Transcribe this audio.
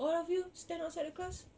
all of you stand outside the class